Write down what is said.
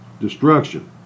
destruction